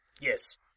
Yes